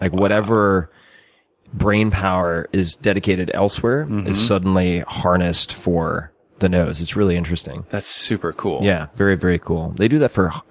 like whatever brain power is dedicated elsewhere is suddenly harnessed for the nose. it's really interesting. that's super cool. yeah, very, very cool. they do that for